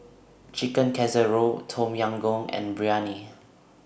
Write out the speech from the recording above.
Chicken Casserole Tom Yam Goong and Biryani